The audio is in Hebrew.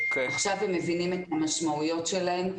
אתם מבינים את המשמעויות שלהן.